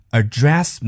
address